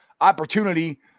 opportunity